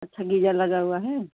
अच्छा गीजर लगा हुआ है